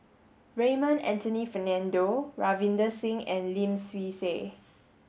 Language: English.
Raymond Anthony Fernando Ravinder Singh and Lim Swee Say